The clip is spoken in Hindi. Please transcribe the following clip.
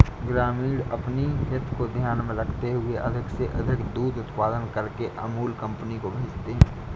ग्रामीण अपनी हित को ध्यान में रखते हुए अधिक से अधिक दूध उत्पादन करके अमूल कंपनी को भेजते हैं